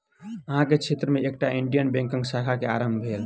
अहाँ के क्षेत्र में एकटा इंडियन बैंकक शाखा के आरम्भ भेल